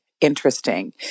interesting